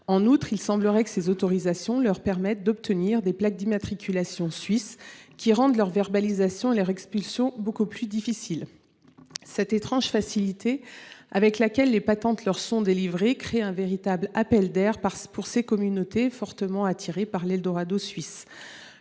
En outre, il semblerait que ces autorisations leur permettent d’obtenir des plaques d’immatriculation suisses, qui rendent leur verbalisation et leur expulsion beaucoup plus difficiles. L’étrange facilité avec laquelle les patentes leur sont délivrées crée un véritable appel d’air pour ces communautés, fortement attirées par l’eldorado suisse.